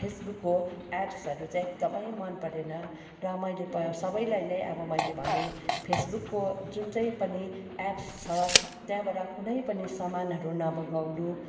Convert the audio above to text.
फेसबुकको एप्सहरू चाहिँ एकदमै मनपरेन र मैले प सबैलाई नै अब मैले भनेँ फेसबुकको जुन चाहिँ पनि एप्स छ त्यहाँबाट कुनै पनि सामानहरू नमगाउनु